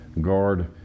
guard